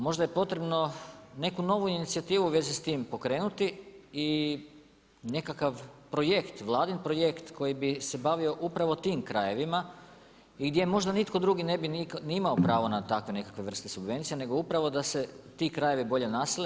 Možda je potrebno neku novu inicijativu u vezi s tim pokrenuti i nekakav vladin projekt koji bi se bavio upravo tim krajevima i gdje možda nitko drugi ne bi ni imao pravo na takve nekakve vrste subvencija nego upravo da se ti krajevi bolje naselje.